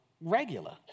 regular